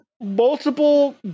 multiple